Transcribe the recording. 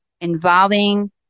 involving